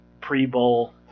pre-bowl